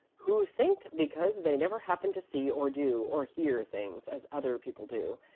who think because they never happened to see or do or hear things as other people do,